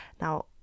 now